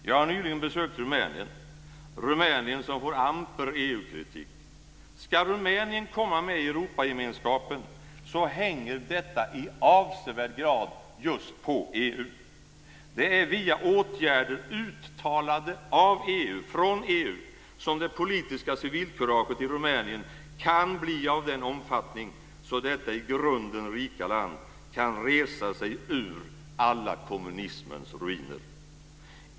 Jag har nyligen besökt Rumänien, som får amper EU-kritik. Ska Rumänien komma med i Europagemenskapen hänger detta i avsevärd grad just på EU. Det är via åtgärder uttalade från EU som det politiska civilkuraget i Rumänien kan bli av den omfattning att detta i grunden rika land kan resa sig ur alla kommunismens ruiner.